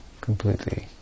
completely